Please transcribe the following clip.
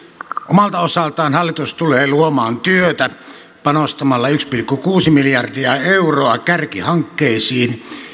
omalta osaltaan hallitus tulee luomaan työtä panostamalla yksi pilkku kuusi miljardia euroa kärkihankkeisiin